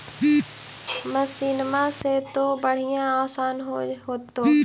मसिनमा से तो बढ़िया आसन हो होतो?